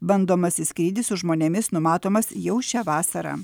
bandomasis skrydis su žmonėmis numatomas jau šią vasarą